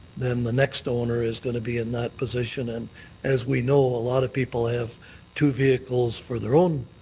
then the next owner is going to be in that position and as we know, a lot of people have two vehicles for their own